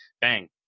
bang